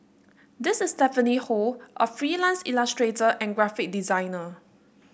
this is Stephanie Ho a freelance illustrator and graphic designer